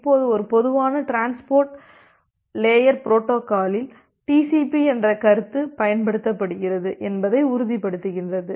இப்போது ஒரு பொதுவான டிரான்ஸ்போர்ட் லேயர் புரோட்டோகாலில் டிசிபி என்ற கருத்து பயன்படுத்தப்படுகிறது என்பதை உறுதிப்படுத்துகிறது